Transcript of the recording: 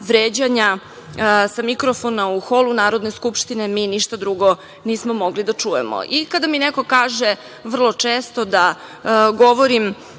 vređanja, sa mikrofona u holu Narodne skupštine, mi ništa drugo nismo mogli da čujemo. Kada mi neko kaže, vrlo često, da govorim